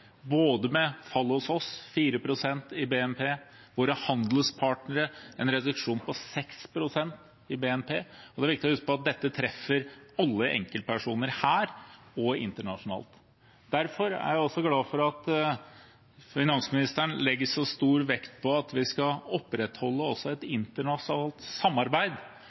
både med fallet hos oss på 4 pst. i BNP og en reduksjon på 6 pst. i BNP hos våre handelspartnere. Det er viktig å huske på at dette treffer alle enkeltpersoner her og internasjonalt. Derfor er jeg også glad for at finansministeren legger så stor vekt på at vi skal opprettholde et internasjonalt samarbeid.